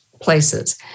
places